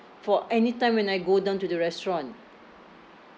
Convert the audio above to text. for anytime when I go down to the restaurant